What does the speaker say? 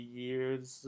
years